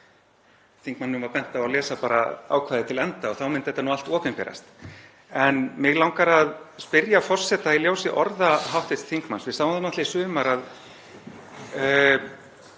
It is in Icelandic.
Þingmanninum var bent á að lesa bara ákvæðið til enda og þá myndi þetta nú allt opinberast. En mig langar að spyrja forseta í ljósi orða hv. þingmanns — við sáum það í sumar að